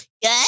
Good